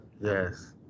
Yes